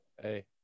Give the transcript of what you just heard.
Hey